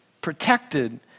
protected